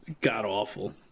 god-awful